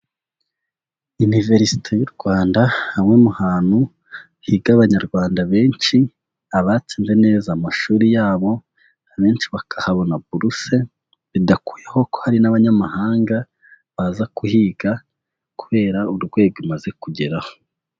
Iniverisite y'u Rwanda, hamwe mu hantu higa Abanyarwanda benshi, abatsinze neza amashuri yabo, abenshi bakahabona buruse, bidakuyeho ko hari n'abanyamahanga, baza kuhiga, kubera urwego imaze kugeraho.